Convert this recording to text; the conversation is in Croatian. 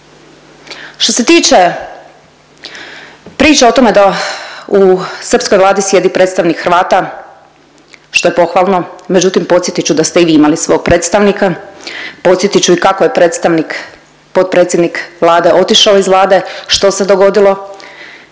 Što se tiče priče o tome da u srpskoj vladi sjedi predstavnik Hrvata, što je pohvalno, međutim podsjetit ću da ste i vi imali svog predstavnika, podsjetit ću i kako je predstavnik potpredsjednik Vlade otišao iz Vlade, što se dogodilo.